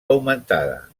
augmentada